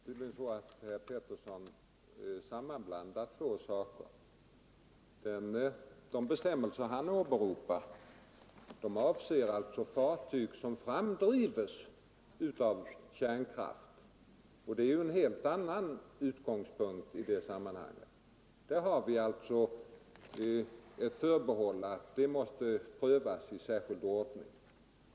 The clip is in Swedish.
Fru talman! Herr Pettersson i Västerås blandar tydligen samman två saker. De bestämmelser som herr Pettersson åberopar avser fartyg som framdrivs med kärnkraft, och det är ju en helt annan utgångspunkt. Och där har vi det förbehållet att frågan om tillträde måste prövas i särskild ordning.